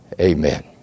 Amen